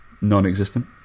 non-existent